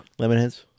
Lemonheads